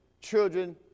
children